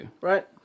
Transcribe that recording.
Right